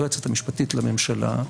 היועצת המשפטית לממשלה,